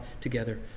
together